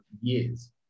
years